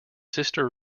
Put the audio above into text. sister